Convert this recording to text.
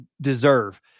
deserve